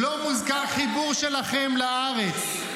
לא ברמז.